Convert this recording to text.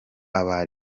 aba